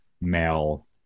male